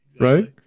Right